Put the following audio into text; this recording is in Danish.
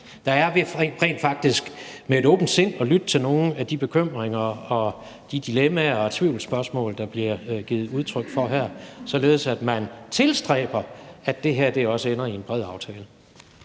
der er ved rent faktisk med et åbent sind at lytte til nogle af de bekymringer og dilemmaer og tvivlsspørgsmål, der bliver givet udtryk for her, således at man tilstræber, at det her også ender i en bred aftale.